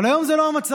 אבל היום זה לא המצב.